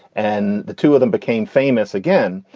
and the two of them became famous again.